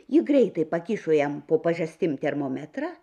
ji greitai pakišo jam po pažastim termometrą